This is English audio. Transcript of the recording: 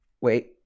wait